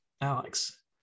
Alex